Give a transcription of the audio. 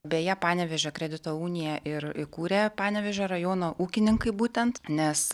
beje panevėžio kredito uniją ir įkūrė panevėžio rajono ūkininkai būtent nes